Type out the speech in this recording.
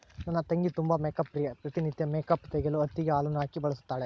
ನನ್ನ ತಂಗಿ ತುಂಬಾ ಮೇಕ್ಅಪ್ ಪ್ರಿಯೆ, ಪ್ರತಿ ನಿತ್ಯ ಮೇಕ್ಅಪ್ ತೆಗೆಯಲು ಹತ್ತಿಗೆ ಹಾಲನ್ನು ಹಾಕಿ ಬಳಸುತ್ತಾಳೆ